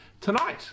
Tonight